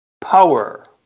power